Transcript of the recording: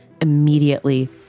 immediately